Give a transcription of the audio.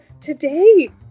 Today